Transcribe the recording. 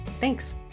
Thanks